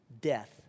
death